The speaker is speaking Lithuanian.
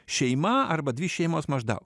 šeima arba dvi šeimos maždaug